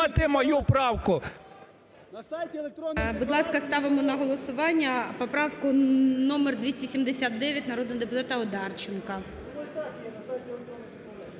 Будь ласка, ставимо на голосування поправку номер 279 народного депутата Одарченка.